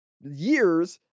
years